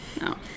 No